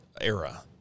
era